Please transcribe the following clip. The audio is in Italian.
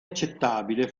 accettabile